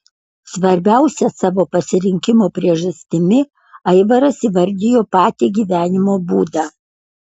svarbiausia savo pasirinkimo priežastimi aivaras įvardijo patį gyvenimo būdą